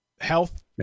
health